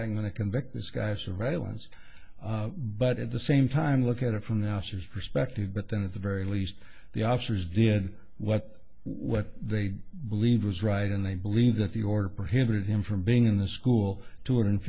i'm going to convict this guy surveillance but at the same time look at it from the house's perspective but then at the very least the officers did what what they believed was right and they believe that the order prohibiting him from being in the school two hundred